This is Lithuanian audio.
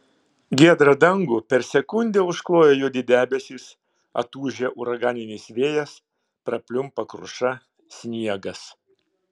giedrą dangų per sekundę užkloja juodi debesys atūžia uraganinis vėjas prapliumpa kruša sniegas